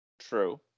True